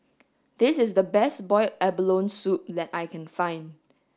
this is the best boiled abalone soup that I can find